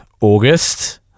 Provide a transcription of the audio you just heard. August